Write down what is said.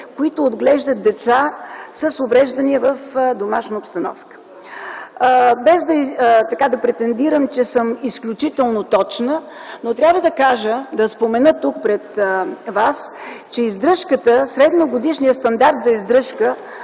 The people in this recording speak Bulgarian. които отглеждат деца с увреждания в домашна обстановка. Без да претендирам, че съм изключително точна, трябва да спомена пред вас, че средногодишният стандарт за издръжка